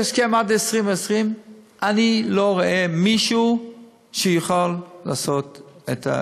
יש הסכם עד 2020. אני לא רואה מישהו שיכול לעשות את,